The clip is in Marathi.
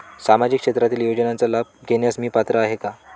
सामाजिक क्षेत्रातील योजनांचा लाभ घेण्यास मी पात्र आहे का?